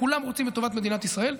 כולם רוצים את טובת מדינת ישראל.